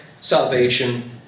Salvation